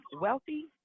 wealthy